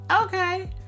Okay